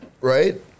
right